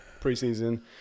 preseason